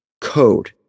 code